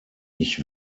ich